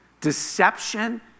Deception